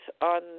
on